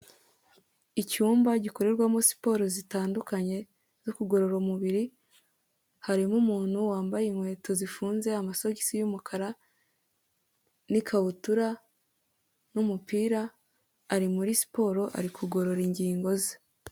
Icyumba gikorerwamo siporo zitandukanye zo kugororamubiri, harimo umuntu wambaye inkweto zifunze, amasogisi y'umukara n'ikabutura n'umupira, ari muri siporo ari kugorora ingingo ze.